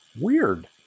weird